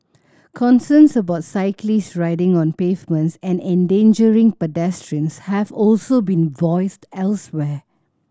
concerns about cyclists riding on pavements and endangering pedestrians have also been voiced elsewhere